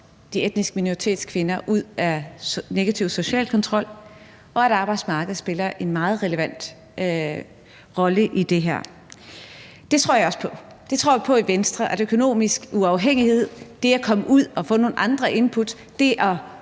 de etniske minoritetskvinder ud af negativ social kontrol, og at arbejdsmarkedet spiller en meget relevant rolle i det her. Det tror jeg også på. Vi tror på i Venstre, at økonomisk uafhængighed og det at komme ud og få nogle andre input og det at